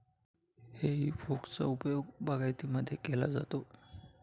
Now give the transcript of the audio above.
हेई फोकचा उपयोग बागायतीमध्येही केला जातो